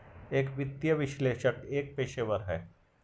एक वित्तीय विश्लेषक एक पेशेवर है